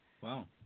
Wow